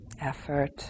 effort